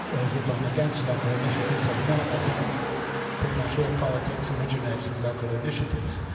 as if i'm against local initiatives. i'm not. i think pretty much all politics originates with local initiatives.